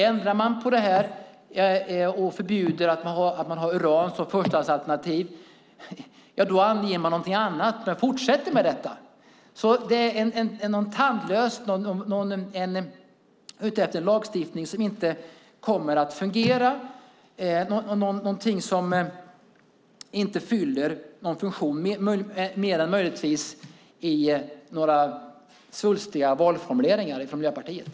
Ändrar man på det här och förbjuder uran som förstahandsalternativ anger man något annat men fortsätter med detta. Ni är ute efter en lagstiftning som inte kommer att fungera och inte fyller någon funktion mer än möjligtvis i några svulstiga valformuleringar från Miljöpartiet.